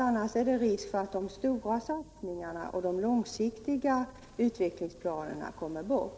Annars är risken att de stora satsningarna och de långsiktiga utvecklingsplanerna kommer bort.